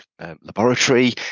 laboratory